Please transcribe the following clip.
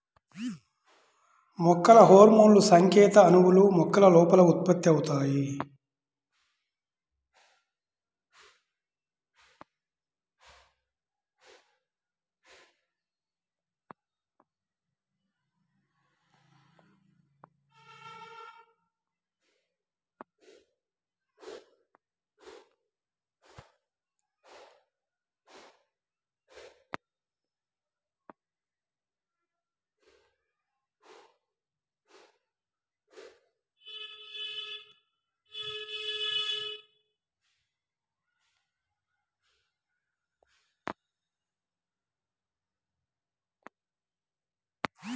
మొక్కల హార్మోన్లుసంకేత అణువులు, మొక్కల లోపల ఉత్పత్తి అవుతాయి